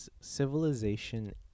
civilization